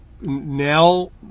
now